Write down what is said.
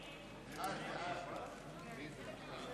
נא להצביע.